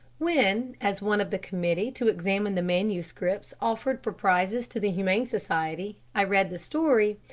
when, as one of the committee to examine the manuscripts offered for prizes to the humane society, i read the story,